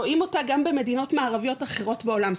רואים אותה גם במדינות מערביות אחרות בעולם,